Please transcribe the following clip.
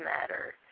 matter